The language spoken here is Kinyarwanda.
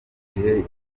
gihe